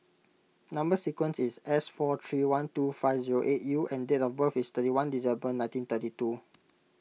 Number Sequence is S four three one two five zero eight U and date of birth is thirty one December nineteen thirty two